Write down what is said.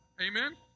amen